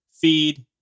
feed